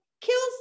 kills